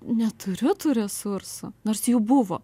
neturiu tų resursų nors jų buvo